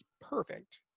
Perfect